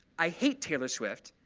i hate taylor swift,